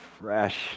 fresh